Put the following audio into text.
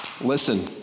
listen